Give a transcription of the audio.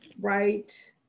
right